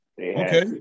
okay